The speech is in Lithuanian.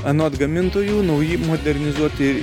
anot gamintojų nauji modernizuoti